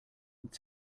but